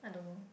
I don't know